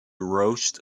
roast